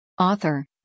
Author